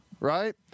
right